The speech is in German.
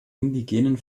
indigenen